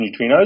neutrinos